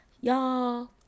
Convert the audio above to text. Y'all